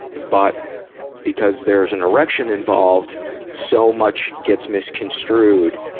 and but because there is an erection involved so much gets misconstrued.